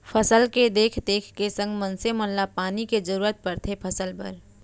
फसल के देख देख के संग मनसे मन ल पानी के जरूरत परथे फसल बर